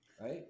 right